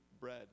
bread